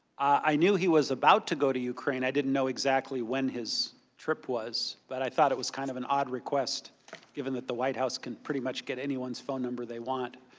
i knew he was about to go to ukraine. i didn't know when his trip was. but i thought it was kind of an odd request given that the white house can pretty much get anyone's phone number they want.